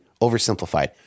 oversimplified